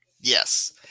Yes